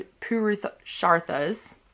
purusharthas